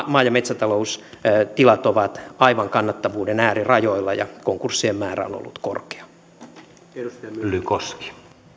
monet maa ja metsätaloustilat ovat aivan kannattavuuden äärirajoilla ja konkurssien määrä on ollut korkea